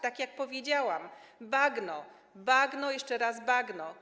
Tak jak powiedziałam: bagno, bagno, jeszcze raz bagno.